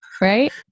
right